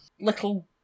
little